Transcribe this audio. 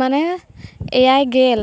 ᱢᱟᱱᱮ ᱮᱭᱟᱭ ᱜᱮᱞ